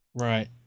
right